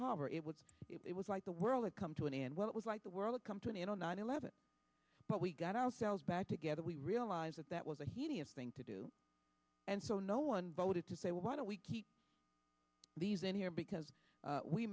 harbor it was it was like the world had come to an end what it was like the world come to an end on nine eleven but we got ourselves back together we realize that that was a hideous thing to do and so no one voted to say why don't we keep these in here because